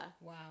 Wow